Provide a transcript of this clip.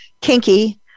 kinky